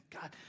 God